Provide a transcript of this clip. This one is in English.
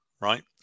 right